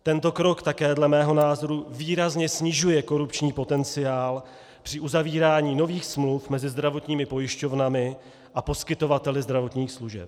Tento krok také dle mého názoru výrazně snižuje korupční potenciál při uzavírání nových smluv mezi zdravotními pojišťovnami a poskytovateli zdravotních služeb.